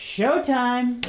Showtime